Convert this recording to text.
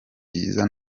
byiza